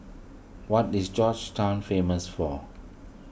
what is Georgetown famous for